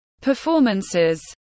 performances